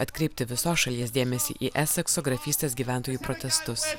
atkreipti visos šalies dėmesį į esekso grafystės gyventojų protestus